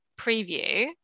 preview